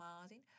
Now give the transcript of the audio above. Martin